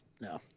no